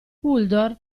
uldor